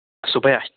صُبحٲے ہا